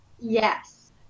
Yes